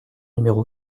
numéro